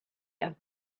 have